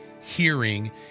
hearing